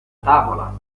tavola